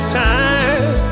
time